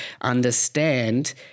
understand